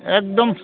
एकदम